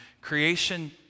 Creation